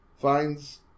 finds